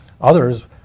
Others